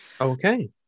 Okay